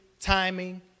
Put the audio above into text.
timing